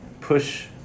push